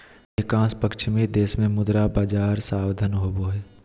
अधिकांश पश्चिमी देश में मुद्रा बजार साधन होबा हइ